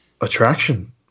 attraction